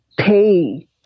pay